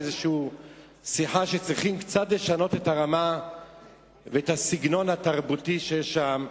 שצריך לשנות קצת את הרמה ואת הסגנון התרבותי שיש שם,